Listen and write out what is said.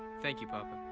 thank you, papa.